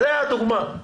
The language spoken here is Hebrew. זו הדוגמה.